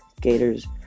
Gators